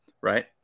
right